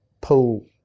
pull